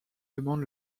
demande